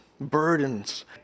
burdens